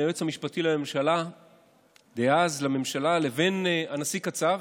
היועץ המשפטי לממשלה דאז לבין הנשיא קצב.